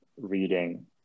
reading